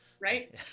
Right